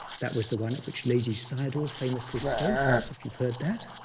that was the one at which ledi sayadaw famously spoke, if you've heard that.